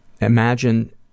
imagine